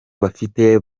bafite